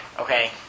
Okay